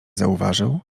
zauważył